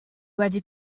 wedi